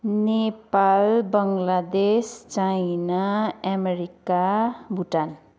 Nepal Bangladesh China America Bhutan